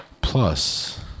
Plus